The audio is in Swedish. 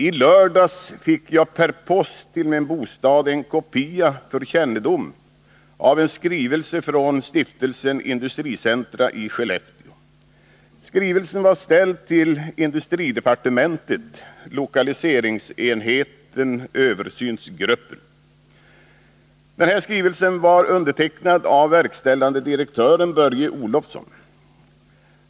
I lördags fick jag per post till min bostad en kopia för kännedom av en skrivelse från Stiftelsen Industricentra i Skellefteå. Skrivelsen var ställd till industridepartementet, lokaliseringsenheten/översynsgruppen, och undertecknad av verkställande direktören Börje Olofsson.